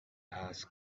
ask